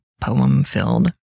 poem-filled